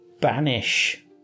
banish